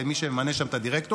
כמי שממנה שם את הדירקטורים,